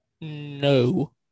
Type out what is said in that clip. No